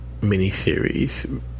miniseries